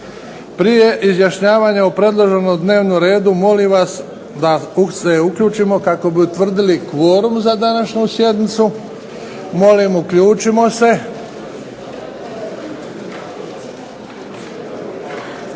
prije izjašnjavanja o predloženom dnevnom redu molim vas da se uključimo kako bi utvrdili kvorum za današnju sjednicu. Molim uključimo se.